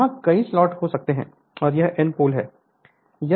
वहाँ कई स्लॉट हो सकते हैं और यह N पोल है